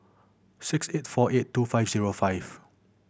six eight four eight two five zero five